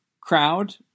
crowd